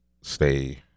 stay